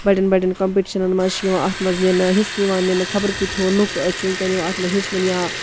بَڑٮ۪ن بَڑٮ۪ن کَمپیٚٹِشنَن منٛز چھِ یِوان اَتھ منٛز نِنہٕ حِصہٕ یِوان نِنہٕ خَبر کۭتِہو لُکھ چھِ وُنکیٚن یِوان اَتھ منٛز حِصہٕ نِنہٕ یا